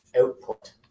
output